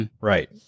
Right